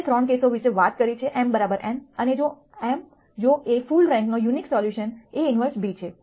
આપણે 3 કેસો વિશે વાત કરી છે m n અને m જો A ફુલ રેન્કનો યુનિક સોલ્યુશન A 1 b છે